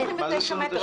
מה זה 29 מטר?